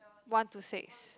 one to six